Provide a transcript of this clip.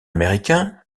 américain